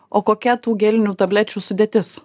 o kokia tų gelinių tablečių sudėtis